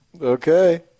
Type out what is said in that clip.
Okay